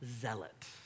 Zealot